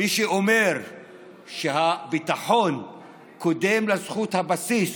מי שאומר שהביטחון קודם לזכות הבסיס